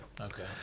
Okay